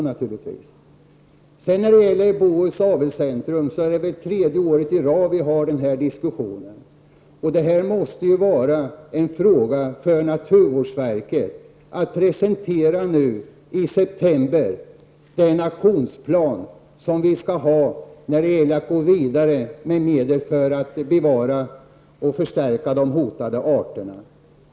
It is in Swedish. När det gäller frågan om Bohus Avelscentrum är det tredje året i rad som vi för den här diskussionen. Det är en uppgift för naturvårdsverket att i september presentera den aktionsplan som vi skall ha när det gäller medel för att bevara och förstärka de hotade arterna.